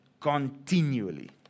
continually